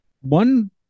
One